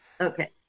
Okay